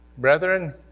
Brethren